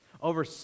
over